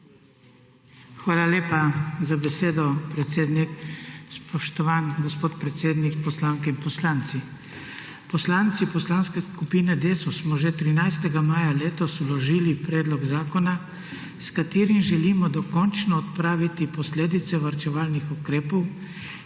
Hvala lepa za besedo, predsednik. Spoštovani gospod predsednik, poslanke in poslanci! Poslanci Poslanske skupine Desus smo že 13. maja letos vložili predlog zakona, s katerim želim dokončno odpraviti posledice varčevalnih ukrepov,